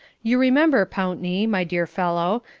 you remember, pountney, my dear fellow,